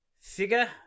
figure